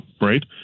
right